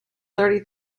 thirty